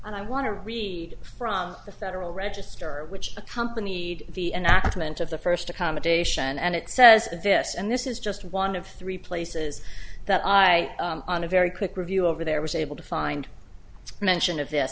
and i want to read from the federal register which accompanied the enactment of the first accommodation and it says this and this is just one of three places that i on a very quick review over there was able to find mention of this